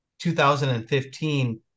2015